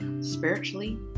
spiritually